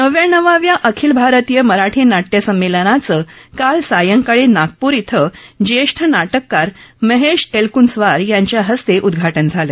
नव्व्याण्णवाव्या अखिल भारतीय मराठी नाट्य संमेलनाचं काल सायंकाळी नागपूर इथं जेष्ठ नाटककार महेश एलकूंचवार यांच्या हस्ते उद्घाटन झालं